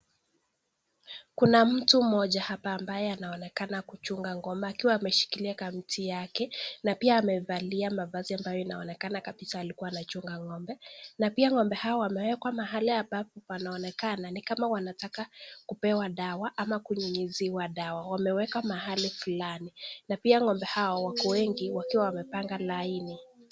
Kuna mtu mmoja hapa ambaye anaonekana kuchunga ng'ombe akiwa ameshikilia kamti yake na pia amevalia mavazi ambayo inaonekana kabisa alikua anachunga ng'ombe. Na pia ng'ombe hawa wamewekwa mahali ambapo panaonekana ni kama wanataka kupewa dawa ama kunyunyuziwa dawa. Wamewekwa mahali flani na pia ng'ombe hao wako wengi wakiwa wamepanga laini .